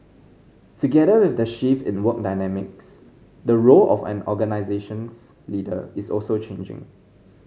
together with the shift in work dynamics the role of an organisation's leader is also changing